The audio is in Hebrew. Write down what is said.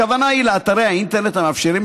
הכוונה היא לאתרי האינטרנט המאפשרים,